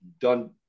done